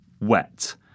wet